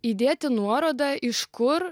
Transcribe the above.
įdėti nuorodą iš kur